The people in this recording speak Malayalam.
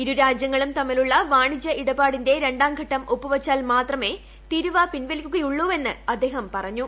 ഇരു രാജ്യങ്ങളും തമ്മിലുള്ള വാണിജ്യ ഇടപാടിന്റെ രണ്ടാം ഘട്ടം ഒപ്പുവെച്ചാൽ മാത്രമേ തീരുവ പിൻവലിക്കുകയുള്ളൂവെന്ന് ട്രംപ് പറഞ്ഞു